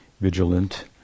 vigilant